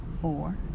four